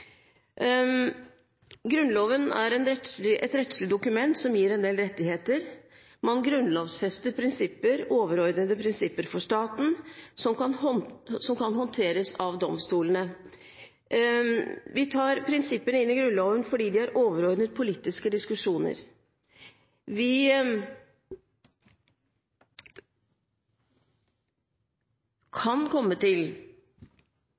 Grunnloven er et rettslig dokument som gir en del rettigheter. Man grunnlovfester overordnede prinsipper for staten, som kan håndteres av domstolene. Vi tar prinsipper inn i Grunnloven fordi de er overordnet politiske diskusjoner. Hvis vi